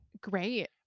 great